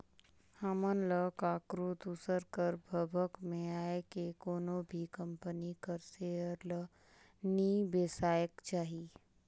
हमन ल काकरो दूसर कर भभक में आए के कोनो भी कंपनी कर सेयर ल नी बेसाएक चाही